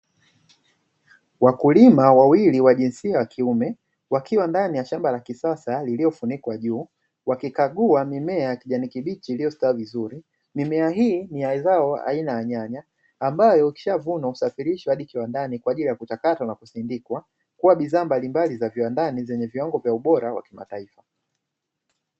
Wakulima wawili wa jinsia ya kiume wakiwa ndani ya shamba la kisasa lililofunikwa juu, wakikagua mimea ya kijani kibichi iliyostawi vizuri. Mimea hii ni ya zao la aina ya nyanya ambayo ikishavunwa husafirishwa hadi kiwandani, kwa ajili ya kuchakatwa na kusindikwa kuwa bidhaa mbalimbali za kiwandani zenye viwango vya ubora wa kimataifa.